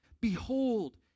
behold